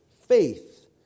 faith